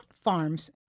farms